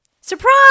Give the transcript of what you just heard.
surprise